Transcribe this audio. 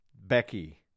Becky